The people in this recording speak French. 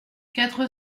quatre